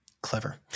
Clever